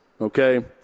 okay